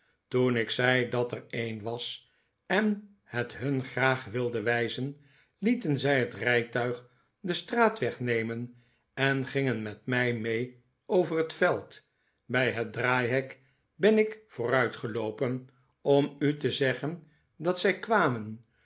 toen ik zei dat er een was en het hun graag wilde wijzen lieten zij het rijtuig den straatweg nemen en gingen met mij mee over het veld bij het draaihek ben ik vooruitgeloopen om u te zeggen dat zij kwamen